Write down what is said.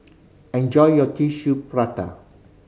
enjoy your Tissue Prata